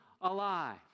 alive